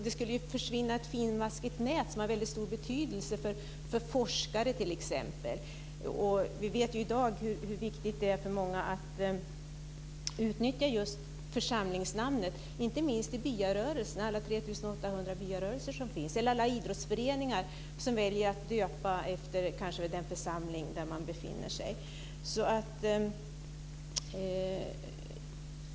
Ett finmaskigt nät som har väldigt stor betydelse för forskare, t.ex., skulle försvinna. Vi vet i dag hur viktigt det är för många att utnyttja just församlingsnamnet inte minst i byarörelsen - alla 3 800 byarörelser som finns. Det gäller också alla idrottsföreningar som väljer att döpa föreningen efter den församling där man befinner sig.